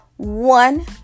One